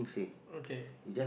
okay